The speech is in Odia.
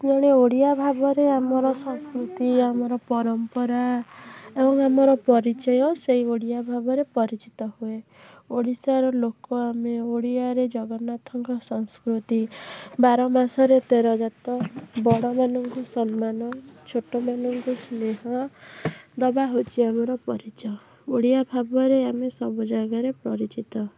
ଜଣେ ଓଡ଼ିଆ ଭାବରେ ଆମର ସଂସ୍କୃତି ଆମର ପରମ୍ପରା ଏବଂ ଆମର ପରିଚୟ ସେହି ଓଡ଼ିଆ ଭାବରେ ପରିଚିତ ହୁଏ ଓଡ଼ିଶାର ଲୋକ ଆମେ ଓଡ଼ିଆରେ ଜଗନ୍ନାଥଙ୍କ ସଂସ୍କୃତି ବାର ମାସରେ ତେର ଯାତ ବଡ଼ମାନଙ୍କୁ ସମ୍ମାନ ଛୋଟମାନଙ୍କୁ ସ୍ନେହ ଦେବା ହେଉଛି ଆମର ପରିଚୟ ଓଡ଼ିଆ ଭାବରେ ଆମେ ସବୁ ଜାଗାରେ ପରିଚିତ